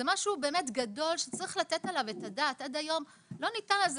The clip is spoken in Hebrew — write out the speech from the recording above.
זה משהו באמת גדול שצריך לתת עליו את הדעת ועד היום זה לא קרה.